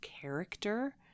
character